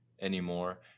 anymore